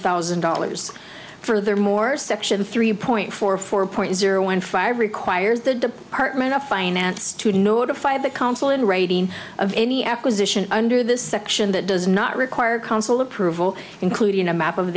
thousand dollars for their more section three point four four point zero one five requires the department of finance to notify the council in writing of any acquisition under this section that does not require council approval including a map of